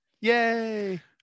Yay